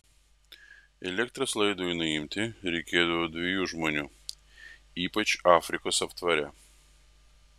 elektros laidui nuimti reikėdavo dviejų žmonių ypač afrikos aptvare